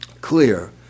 clear